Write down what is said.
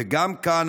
וגם כאן,